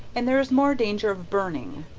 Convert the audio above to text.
and there is more danger of burning,